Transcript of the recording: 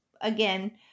again